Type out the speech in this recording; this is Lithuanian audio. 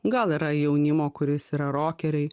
gal yra jaunimo kuris yra rokeriai